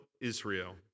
Israel